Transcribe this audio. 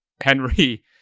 Henry